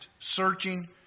searching